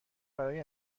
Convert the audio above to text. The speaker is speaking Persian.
برای